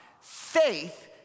faith